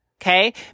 Okay